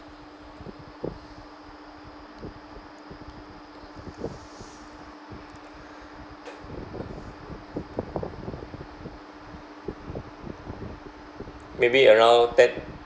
maybe around ten